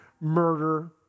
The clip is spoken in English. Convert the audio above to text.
murder